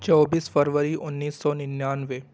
چوبیس فروری انیس سو ننانوے